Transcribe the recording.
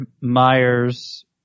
Myers